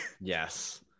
Yes